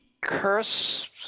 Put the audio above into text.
curse